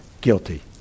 guilty